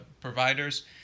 providers